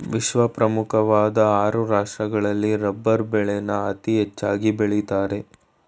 ವಿಶ್ವದ ಪ್ರಮುಖ್ವಾಧ್ ಆರು ರಾಷ್ಟ್ರಗಳಲ್ಲಿ ರಬ್ಬರ್ ಬೆಳೆನ ಅತೀ ಹೆಚ್ಚಾಗ್ ಬೆಳಿತಾರೆ